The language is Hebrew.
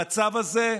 המצב הזה,